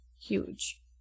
huge